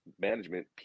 management